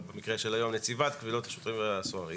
תלך ותארגן מישהו מהקואליציה שיחיל את זה גם על הצבא,